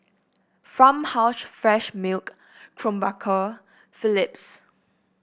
Farmhouse Fresh Milk Krombacher Philips